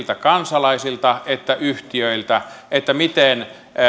kansalaisilta että yhtiöiltä miten